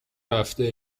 رفته